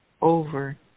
over